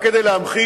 רק כדי להמחיש,